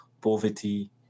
poverty